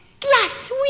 glass